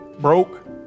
broke